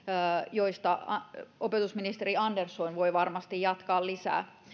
joista opetusministeri andersson voi varmasti jatkaa lisää